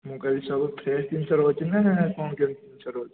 ମୁଁ କହିଲି ସବୁ ଫ୍ରେସ୍ ଜିନିଷ ରହୁଛି ନା କ'ଣ କେମିତି ଜିନିଷ ରହୁଛି